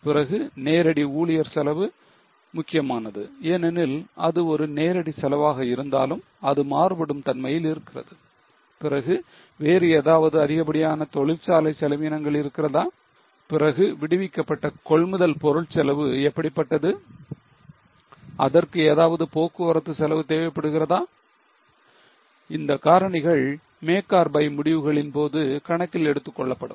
பிறகு நேரடி ஊழியர் செலவு முக்கியமானது ஏனெனில் அது ஒரு நேரடி செலவாக இருந்தாலும் அது மாறுபடும் தன்மையில் இருக்கிறது பிறகு வேறு ஏதாவது அதிகப்படியான தொழிற்சாலை செலவீனங்கள் இருக்கிறதா பிறகு விடுவிக்கப்பட்ட கொள்முதல் பொருள் செலவு எப்படிப் பட்டது அதற்கு ஏதாவது போக்குவரத்து செலவு தேவைப்படுகிறதா இந்த காரணிகள் make or buy முடிவுகளின் போது கணக்கில் எடுத்துக் கொள்ளப்படும்